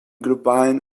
globalen